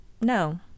no